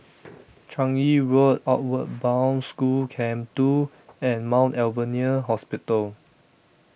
Changi Road Outward Bound School Camp two and Mount Alvernia Hospital